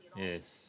yes